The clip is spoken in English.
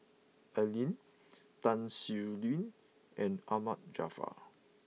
Al Lim Tan Sin Aun and Ahmad Jaafar